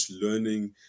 learning